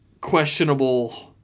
questionable